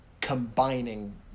combining